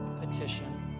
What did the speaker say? petition